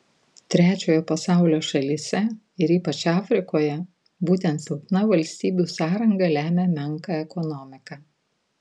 trečiojo pasaulio šalyse ir ypač afrikoje būtent silpna valstybių sąranga lemia menką ekonomiką